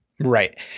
Right